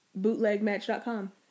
bootlegmatch.com